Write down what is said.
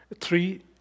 Three